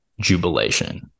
jubilation